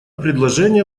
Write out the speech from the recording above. предложение